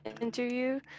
interview